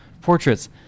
Portraits